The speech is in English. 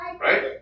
Right